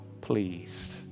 pleased